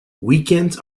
weekends